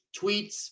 tweets